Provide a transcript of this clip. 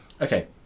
Okay